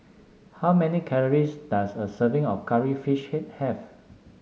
how many calories does a serving of Curry Fish Head have